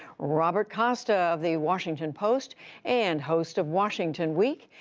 robert costa of the washington post and host of washington week,